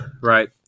right